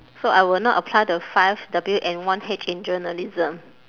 so I will not apply the five W and one H in journalism